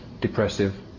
depressive